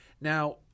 Now